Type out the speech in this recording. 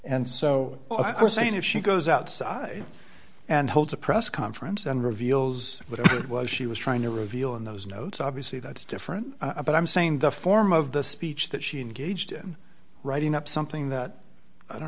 and so i was saying if she goes outside and holds a press conference and reveals what it was she was trying to reveal in those notes obviously that's different about i'm saying the form of the speech that she engaged in writing up something that i don't